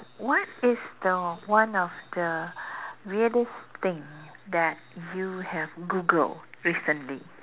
what is the one of the weirdest thing that you have Googled recently